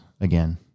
again